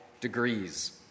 degrees